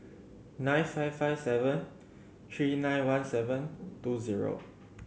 nine five five seven three nine one seven two zero